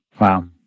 Wow